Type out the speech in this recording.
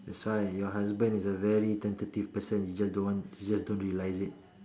that's why your husband is a very tentative person you just don't want you just don't realize it